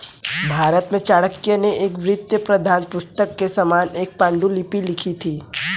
भारत में चाणक्य ने एक वित्तीय प्रबंधन पुस्तक के समान एक पांडुलिपि लिखी थी